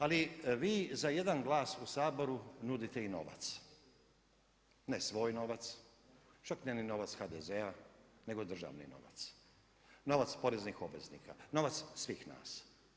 Ali vi za jedan glas u Saboru nudite i novac, ne svoj novac, čak ne ni novac HDZ-a nego državni novac, novac poreznih obveznika, novac svih nas.